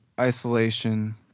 isolation